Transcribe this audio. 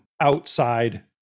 outside